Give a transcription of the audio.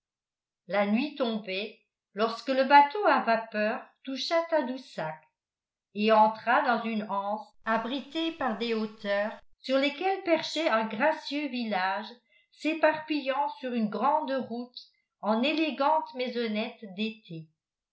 la nuit tombait lorsque le bateau à vapeur toucha tadoussac et entra dans une anse abritée par des hauteurs sur lesquelles perchait un gracieux village s'éparpillant sur une grande route en élégantes maisonnettes d'été